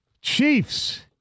Chiefs